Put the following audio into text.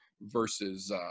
versus